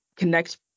connect